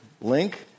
link